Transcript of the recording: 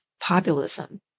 populism